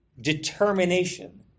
determination